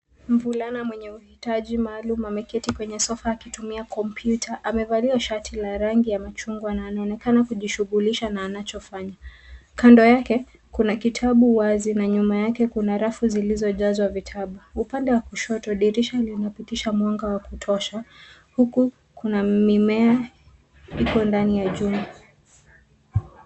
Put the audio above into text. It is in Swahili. Mvulana mwenye mahitaji maalum ameketi kwenye sofa akitumia kompyuta. Amevalia shati la rangi ya machungwa na anaonekana kujishugulisha na anochofanya. Kando yake, kuna kitabu wazi na nyuma yake kuna rafu zilizojazwa vitabu. Upande wa kushoto dirisha linapitisha mwanga wa kutosha huku kuna mimea ipo ndani ya chumba.